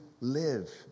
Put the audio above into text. live